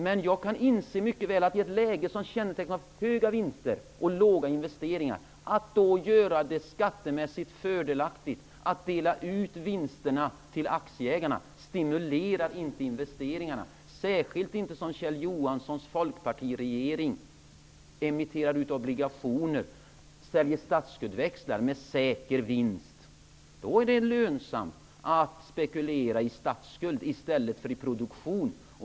Men jag kan mycket väl inse att man inte stimulerar investeringarna i ett läge som kännetecknas av höga vinster och låga investeringar genom att göra det skattemässigt fördelaktigt att dela ut vinsterna till aktieägarna, särskilt inte som Kjell Johanssons folkpartiregering emitterar ut obligationer och säljer statsskuldväxlar med säker vinst. Då är det lönsamt att spekulera i statsskuld i stället för i produktion.